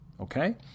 okay